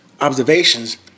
observations